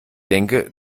denke